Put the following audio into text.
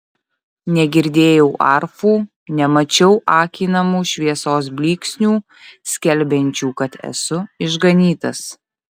negirdėjau arfų nemačiau akinamų šviesos blyksnių skelbiančių kad esu išganytas